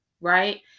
Right